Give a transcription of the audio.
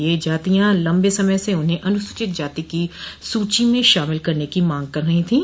ये जातियां लम्बे समय से उन्हें अनुसूचित जाति की सूचो में शामिल करने की मांग कर रही थीं